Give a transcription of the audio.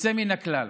יוצא מן הכלל.